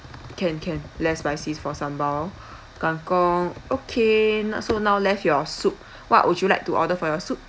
can can less spicy for sambal kangkong okay now so now left your soup what would you like to order for your soup